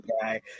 guy